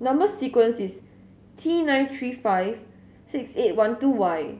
number sequence is T nine three five six eight one two Y